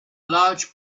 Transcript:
large